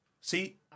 See